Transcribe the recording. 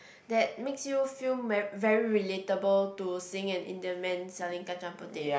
that makes you feel mer~ very relatable to seeing an Indian man selling kacang-puteh